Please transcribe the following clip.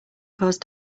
cause